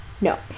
No